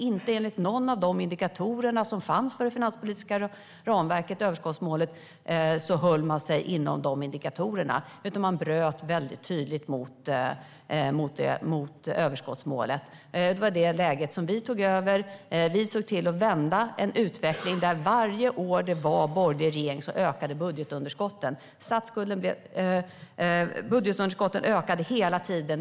Man höll sig inte inom någon av indikatorerna för det finanspolitiska ramverket och överskottsmålet, utan man bröt väldigt tydligt mot överskottsmålet. Det var i det läget vi tog över. Vi såg till att vända utvecklingen. Varje år då det var borgerlig regering ökade budgetunderskotten. De ökade hela tiden.